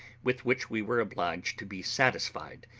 with which we were obliged to be satisfied,